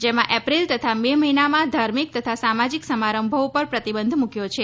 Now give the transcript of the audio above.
જેમાં એપ્રિલ તથા મે મહિનામાં ધાર્મિક તથા સામાજિક સમારંભો ઉપર પ્રતિબંધ મૂક્યો છે